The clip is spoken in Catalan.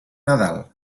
nadal